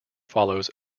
follows